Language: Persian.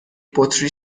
بطری